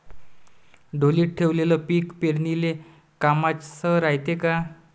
ढोलीत ठेवलेलं पीक पेरनीले कामाचं रायते का?